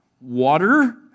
water